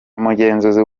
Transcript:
umugenzuzi